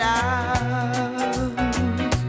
out